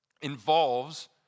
involves